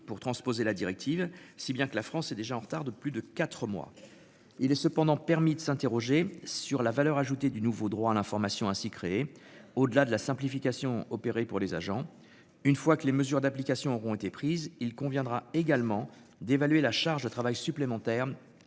pour transposer la directive. Si bien que la France est déjà en retard de plus de 4 mois. Il est cependant permis de s'interroger sur la valeur ajoutée du nouveau droit à l'information ainsi créé. Au-delà de la simplification opéré pour les agents. Une fois que les mesures d'application auront été prises. Il conviendra également d'évaluer la charge de travail supplémentaire.